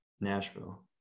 Nashville